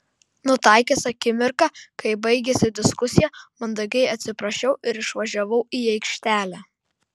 nutaikęs akimirką kai baigėsi diskusija mandagiai atsiprašiau ir išvažiavau į aikštelę